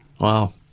Wow